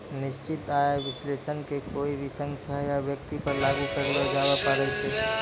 निश्चित आय विश्लेषण के कोय भी संख्या या व्यक्ति पर लागू करलो जाबै पारै छै